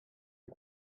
les